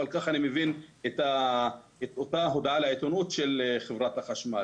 אבל כך אני מבין את אותה הודעה לעיתונות של חברת החשמל.